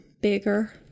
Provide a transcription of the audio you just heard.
bigger